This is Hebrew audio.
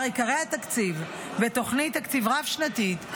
עיקרי התקציב ותוכנית תקציב רב-שנתית,